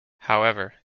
however